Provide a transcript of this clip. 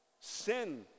Sin